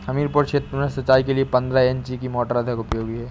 हमीरपुर क्षेत्र में सिंचाई के लिए पंद्रह इंची की मोटर अधिक उपयोगी है?